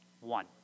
One